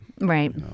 Right